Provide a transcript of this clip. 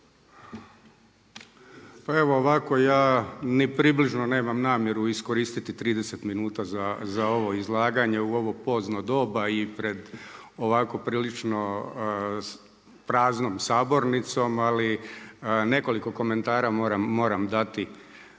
Pa evo ovako, ja ni približno nemam namjeru iskoristiti 30 minuta za ovo izlaganje u ovo pozno doba i pred ovako prilično praznom sabornicom. Ali nekoliko komentara moram dati